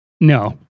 No